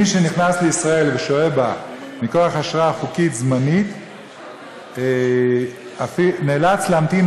מי שנכנס לישראל ושוהה בה מכוח אשרה חוקית זמנית נאלץ להמתין